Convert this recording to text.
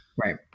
right